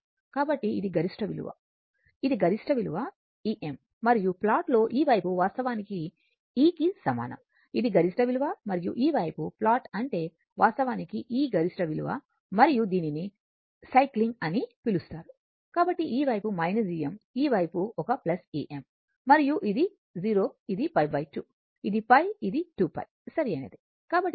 కాబట్టి ఇది గరిష్ట విలువ ఇది గరిష్ట విలువ Em మరియు ప్లాట్ లో ఈ వైపు వాస్తవానికి e కి సమానం ఇది గరిష్ట విలువ మరియు ఈ వైపు ప్లాట్ అంటే వాస్తవానికి e గరిష్ట విలువ మరియు దీనిని సైక్లింగ్ అని పిలుస్తారు కాబట్టి ఈ వైపు Em ఈ వైపు ఒక Em మరియు ఇది 0 ఇది π 2 ఇది π ఇది 2 π సరియైనది